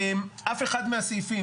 אף אחד מהסעיפים,